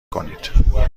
کنید